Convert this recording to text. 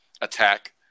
attack